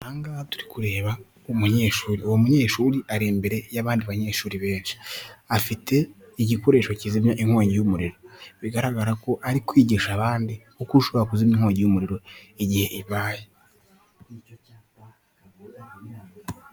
Aha ngaha turi kureba umunyeshuri, uwo munyeshuri ari imbere y'abandi banyeshuri benshi, afite igikoresho kizimya inkongi y'umuriro bigaragara ko ari kwigisha abandi uko ushobora kuzimya inkongi y'umuriro igihe ibaye.